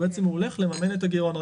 הוא הולך לממן את הגירעון.